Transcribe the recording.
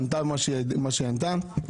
ענתה מה שהיא ענתה.